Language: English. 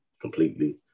completely